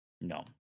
No